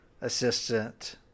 assistant